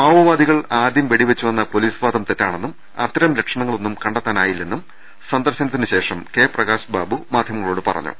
മാവോവാദികൾ ആദ്യ വെടിവെച്ചുവെന്ന പൊലീസ് വാദം തെറ്റാ ണെന്നും അത്തരം ലക്ഷണങ്ങളൊന്നും കണ്ടെത്താനായിട്ടില്ലെന്നും സന്ദർശ നത്തിനുശേഷം കെ പ്രകാശ്ബാബു മാധ്യമങ്ങളോട്ട് പറഞ്ഞു